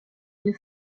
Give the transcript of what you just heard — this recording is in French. une